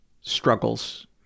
struggles